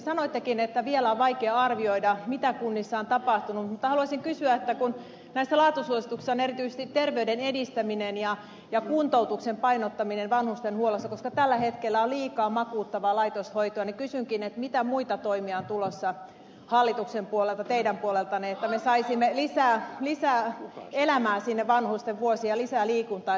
sanoitte että vielä on vaikea arvioida mitä kunnissa on tapahtunut mutta haluaisin kysyä kun näissä laatusuosituksissa on erityisesti terveyden edistäminen ja kuntoutuksen painottaminen vanhustenhuollossa koska tällä hetkellä on liikaa makuuttavaa laitoshoitoa mitä muita toimia on tulossa hallituksen puolelta ja teidän puoleltanne että me saisimme lisää elämää sinne vanhusten vuosiin ja lisää liikuntaa ja sitä terveyden edistämistä